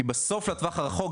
כי בסוף לטווח הרחוק,